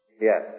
Yes